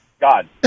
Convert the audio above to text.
God